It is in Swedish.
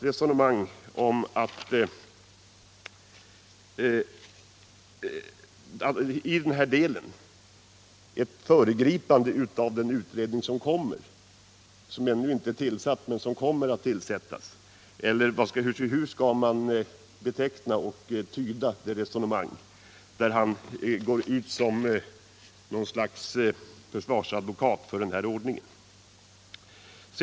Var Rolf Wirténs resonemang ett föregripande av en utredning som ännu inte är tillsatt men som kommer att tillsättas? Eller hur skall man tyda det resonemang där han går ut som något slags försvarsadvokat för den här ordningen?